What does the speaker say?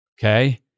Okay